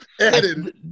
added